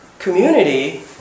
Community